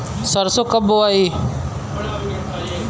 सरसो कब बोआई?